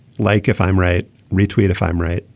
like if i'm right retweeted if i'm right.